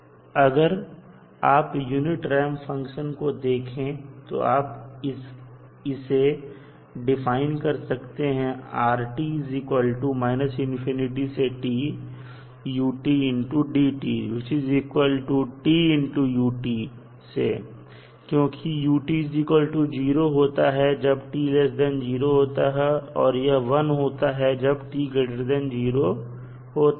अगर आप unit ramp function को देखे तो आप इसे डिफाइन कर सकते हैं से क्योंकि u0 होता है जब t0 होता है और यह 1 होता है जब t0 होता है